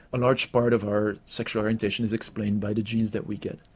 a large part of our sexual orientation is explained by the genes that we get.